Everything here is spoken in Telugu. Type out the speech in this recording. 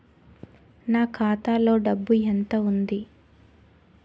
నా ఖాతాలో డబ్బు ఎంత ఉంది?